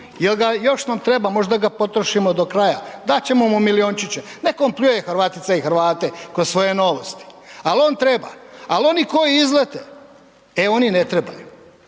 Jer ga, još nam treba, možda ga potrošimo do kraja, dat ćemo mu milijunčiće, neka on pljuje Hrvatice i Hrvate kroz svoje Novosti. Ali, on treba. Ali oni koji izlete, e oni ne trebaju.